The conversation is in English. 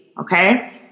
okay